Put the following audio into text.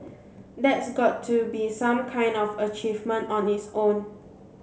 that's got to be some kind of achievement on its own